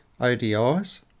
ODIs